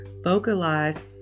Vocalize